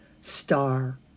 star